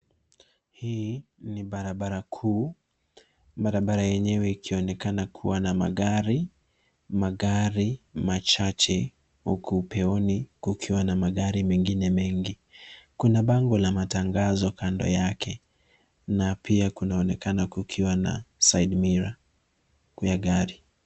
Hii ni barabara kuu. Barabara yenyewe ikionekana kuwa na magari machache huku upeoni kukiwa na magari mengine mengi. Kuna bango la matangazo kando yake na pia kunaonekana kukiwa na side mirror kwa gari.